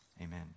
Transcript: Amen